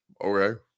okay